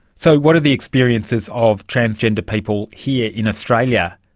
so what are the experiences of transgender people here in australia?